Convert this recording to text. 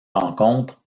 rencontres